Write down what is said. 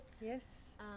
Yes